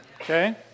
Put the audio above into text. Okay